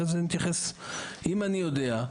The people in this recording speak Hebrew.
אם אני יודע,